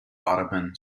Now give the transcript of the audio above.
ottoman